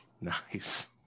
Nice